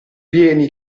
vieni